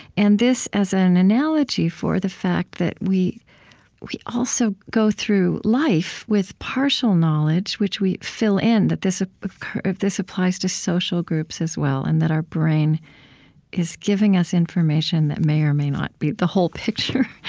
and this, as an analogy for the fact that we we also go through life with partial knowledge which we fill in, that this ah kind of this applies to social groups as well and that our brain is giving us information that may or may not be the whole picture.